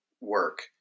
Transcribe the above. work